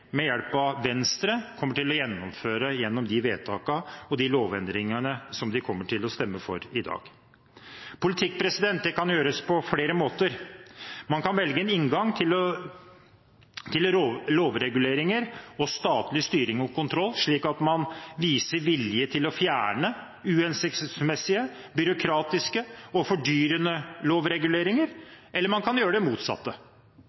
med hjelp av Venstre, kommer til å gjennomføre – gjennom de forslag til vedtak av lovendringer som de kommer til å stemme for i dag. Politikk kan utøves på flere måter. Man kan velge en inngang til lovreguleringer og statlig styring og kontroll slik at man viser vilje til å fjerne uhensiktsmessige, byråkratiske og fordyrende lovreguleringer – eller man kan gjøre det motsatte.